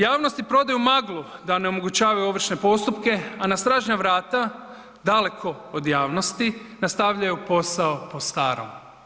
Javnosti prodaju maglu da ne omogućavaju ovršne postupke, a na stražnja vrata, daleko od javnosti, nastavljaju posao po starom.